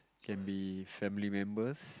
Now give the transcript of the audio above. can be family members